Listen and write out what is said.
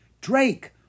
Drake